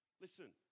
Listen